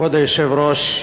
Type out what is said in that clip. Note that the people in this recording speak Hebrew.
כבוד היושב-ראש,